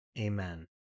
Amen